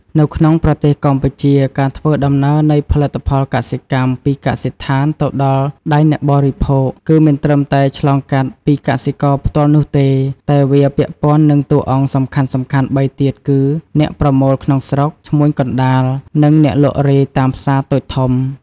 នៅក្នុងប្រទេសកម្ពុជា ការធ្វើដំណើរនៃផលិតផលកសិកម្មពីកសិដ្ឋានទៅដល់ដៃអ្នកបរិភោគ គឺមិនត្រឹមតែឆ្លងកាត់ពីកសិករផ្ទាល់នោះទេ តែវាពាក់ព័ន្ធនឹងតួអង្គសំខាន់ៗបីទៀតគឺ អ្នកប្រមូលក្នុងស្រុក ឈ្មួញកណ្តាល និង អ្នកលក់រាយតាមផ្សារតូចធំ។